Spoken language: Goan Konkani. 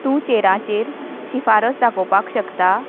तूं चेरांचेर शिफारस दाखोवपाक शकता